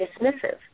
dismissive